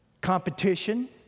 Competition